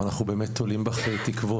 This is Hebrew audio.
אבל אנחנו תולים בך תקוות,